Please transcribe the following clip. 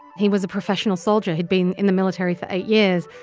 he was a professional soldier. he'd been in the military for eight years.